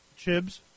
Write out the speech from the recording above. Chibs